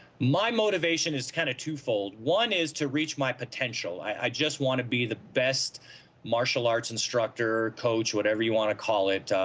my motivation is kinda twofold one is to reach my potential i i just want to be the best martial arts instructor coach whatever you want to call it ah.